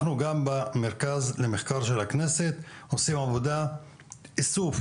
אנחנו גם במרכז למחקר של הכנסת עושים עבודת איסוף